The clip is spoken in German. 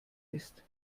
ist